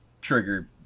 trigger